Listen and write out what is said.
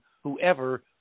whoever